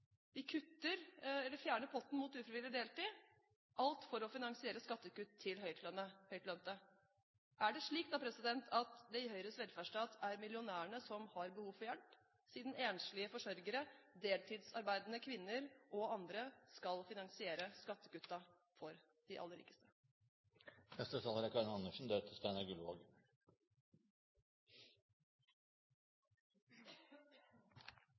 fjerner potten når det gjelder ufrivillig deltid, alt for å finansiere skattekutt til høytlønte. Er det slik at det i Høyres velferdsstat er millionærene som har behov for hjelp, siden enslige forsørgere, deltidsarbeidende kvinner og andre skal finansiere skattekuttene for de aller rikeste? På slutten av debatten er